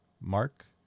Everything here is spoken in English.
Mark